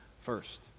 first